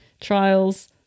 trials